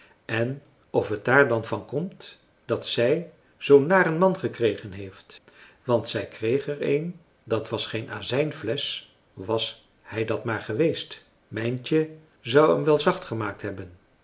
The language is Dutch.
en of het daar dan van komt dat zij zoo'n naren man gekregen heeft want zij kreeg er een dat was geen azijnflesch was hij dat maar geweest mijntje zou hem wel zacht gemaakt hebben